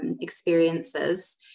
experiences